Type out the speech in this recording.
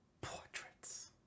portraits